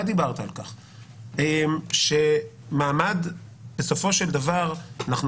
אתה דיברת על כך שבסופו של דבר אנחנו